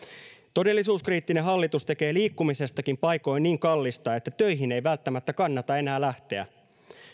todellisuuskriittinen hallitus tekee liikkumisestakin paikoin niin kallista että töihin ei välttämättä kannata enää lähteä